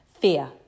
fear